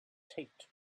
taped